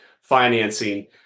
financing